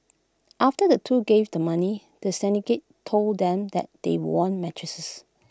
after the two gave the money the syndicate told them that they won mattresses